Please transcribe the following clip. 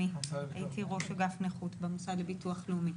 הייתי ראש אגף נכות במוסד לביטוח לאומי.